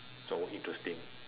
so interesting